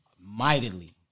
mightily